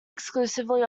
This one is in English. exclusively